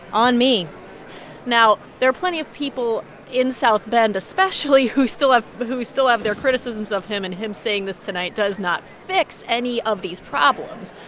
on me now, there are plenty of people in south bend, especially, who still have who still have their criticisms of him. and him saying this tonight does not fix any of these problems.